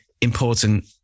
important